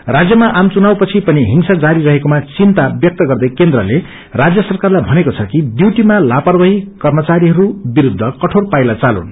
रराजयमा आम चुनावपछि पनि हिंसा जारी रहेकोमा चिन्ता व्यक्त गर्दै केन्द्रले राज्य सरकारलाई भनेको छ कि डयूटीमा लापरवाडी कर्मचारीहरू विरूद्ध कठोर पाइला चालुन